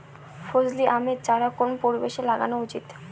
ফজলি আমের চারা কোন পরিবেশে লাগানো উচিৎ?